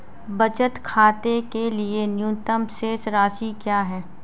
बचत खाते के लिए न्यूनतम शेष राशि क्या है?